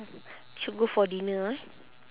should go for dinner eh